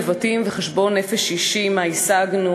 לבטים וחשבון נפש אישי: מה השגנו,